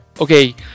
Okay